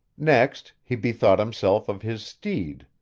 next, he bethought himself of his steed.